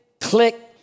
click